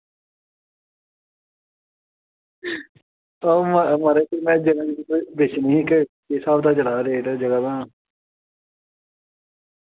ओह् म्हाराज थुहानू दस्सना कि इस स्हाब दा बड़ा रेट ऐ